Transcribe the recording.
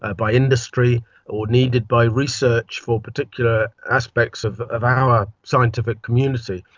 ah by industry or needed by research for particular aspects of of our scientific community.